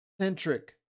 centric